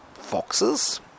foxes